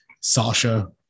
Sasha